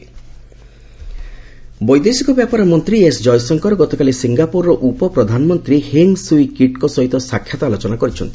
Singapore Jaishankar ବୈଦେଶିକ ବ୍ୟାପାର ମନ୍ତ୍ରୀ ଏସ୍ଜୟଶଙ୍କର ଗତକାଲି ସିଙ୍ଗାପୁରର ଉପପ୍ରଧାନମନ୍ତ୍ରୀ ହେଙ୍ଗ୍ ସୁଇ କିଟ୍ଙ୍କ ସହିତ ସାକ୍ଷାତ ଆଲୋଚନା କରିଛନ୍ତି